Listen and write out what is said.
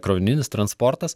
krovininis transportas